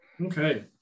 Okay